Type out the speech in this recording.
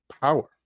power